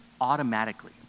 automatically